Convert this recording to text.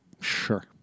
Sure